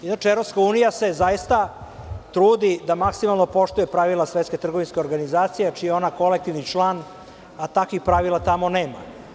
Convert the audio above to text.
Evropska unija se zaista trudi da maksimalno poštuje pravila Svetske trgovinske organizacije, čiji je ona kolektivni član, a takvih pravila tamo nema.